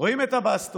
ורואים את הבסטות,